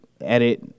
edit